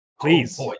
Please